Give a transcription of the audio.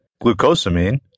glucosamine